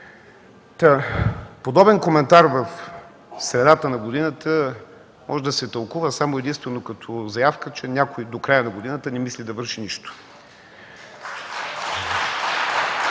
Подобен коментар в средата на годината може да се тълкува само и единствено като заявка, че някой до края на годината не мисли да върши нищо.